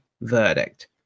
verdict